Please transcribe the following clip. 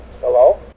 Hello